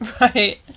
Right